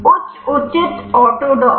उच्च उचित ऑटोडॉक